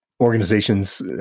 organizations